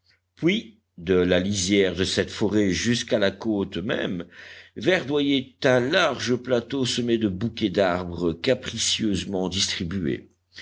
puis de la lisière de cette forêt jusqu'à la côte même verdoyait un large plateau semé de bouquets d'arbres capricieusement distribués